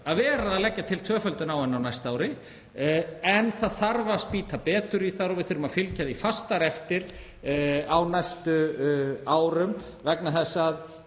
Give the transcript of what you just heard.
að vera að leggja til tvöföldun á henni á næsta ári en það þarf að spýta betur í þar og við þurfum að fylgja því fastar eftir á næstu árum vegna þess að